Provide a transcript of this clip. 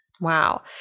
Wow